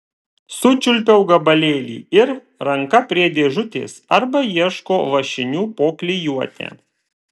sučiulpiau gabalėlį ir ranka prie dėžutės arba ieško lašinių po klijuotę